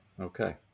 Okay